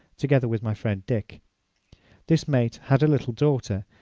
together with my friend dick this mate had a little daughter,